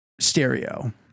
stereo